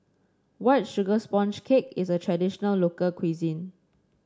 White Sugar Sponge Cake is a traditional local cuisine